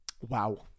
Wow